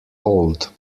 old